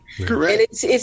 Correct